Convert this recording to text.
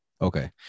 okay